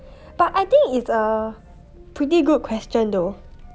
but I think it's a pretty good question though